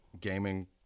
gaming